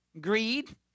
Greed